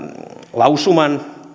lausuman